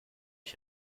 ich